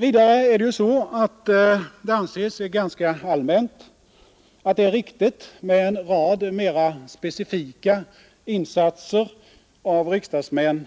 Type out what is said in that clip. Vidare anses det ganska allmänt att det är riktigt att riksdagsmän gör en rad mera specifika insatser